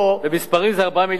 במספרים זה 4 מיליארד ש"ח,